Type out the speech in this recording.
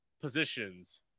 positions